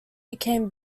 became